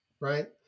Right